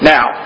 Now